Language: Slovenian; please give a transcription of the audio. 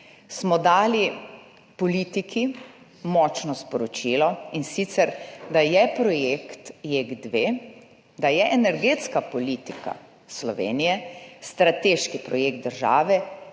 smo dali politiki močno sporočilo, in sicer, da je projekt JEK2, energetska politika Slovenije strateški projekt države,